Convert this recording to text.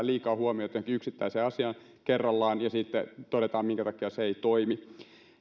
liikaa huomiota johonkin yksittäiseen asiaan kerrallaan ja sitten todetaan minkä takia se ei toimi